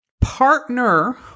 partner